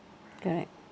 correct